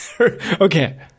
Okay